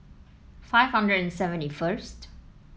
five hundred and seventy first